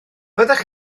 fyddech